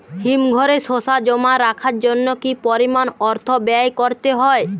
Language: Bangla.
হিমঘরে শসা জমা রাখার জন্য কি পরিমাণ অর্থ ব্যয় করতে হয়?